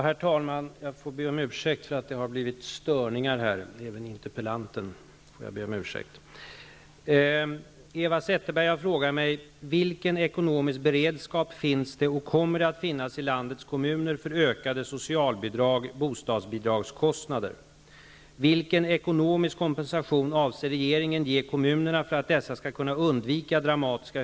Herr talman! Jag får be om ursäkt för att det har blivit störningar här. Även interpellanten får jag be om ursäkt.